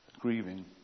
grieving